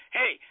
hey